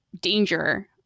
danger